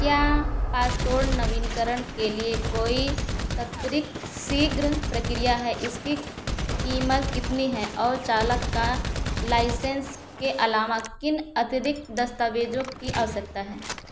क्या पासपोर्ट नवीनकरण के लिए कोई त्वरित शीघ्र प्रक्रिया है इसकी कीमत कितनी है और चालक का लाइसेंस के अलावा किन अतिरिक्त दस्तावेज़ों की आवश्यकता है